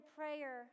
prayer